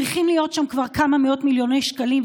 צריכים להיות שם כבר כמה מאות מיליוני שקלים,